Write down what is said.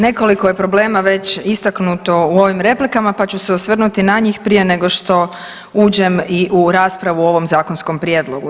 Nekoliko je problema već istaknuto u ovim replikama pa ću se osvrnuti na njih prije nego što uđem i u raspravu o ovom zakonskom prijedlogu.